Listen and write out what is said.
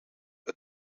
het